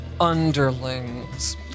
Underlings